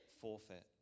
forfeit